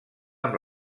amb